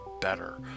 better